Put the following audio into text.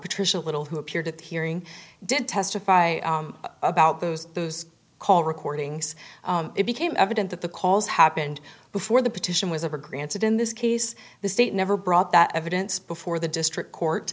patricia little who appeared at the hearing did testify about those those call recordings it became evident that the calls happened before the petition was of a granted in this case the state never brought that evidence before the district court